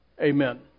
Amen